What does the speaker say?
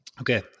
Okay